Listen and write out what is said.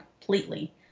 completely